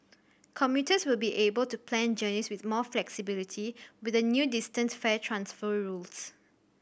commuters will be able to plan journeys with more flexibility with the new distance fare transfer rules